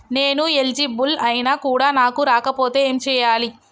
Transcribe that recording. నేను ఎలిజిబుల్ ఐనా కూడా నాకు రాకపోతే ఏం చేయాలి?